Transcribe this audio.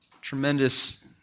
tremendous